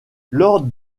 lors